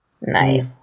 Nice